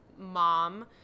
mom